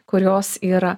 kur jos yra